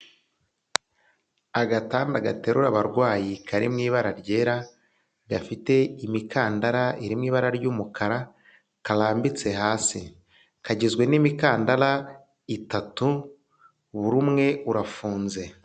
Agatanda gaterura abarwayi kari mu ibara ryera, gafite imikandara iri mu ibara ry'umukara karambitse hasi, kagizwe n'imikandara itatu, buri umwe urafunze.